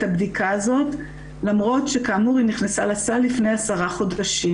הבדיקה הזאת למרות שכאמור היא נכנסה לסל לפני עשרה חודשים,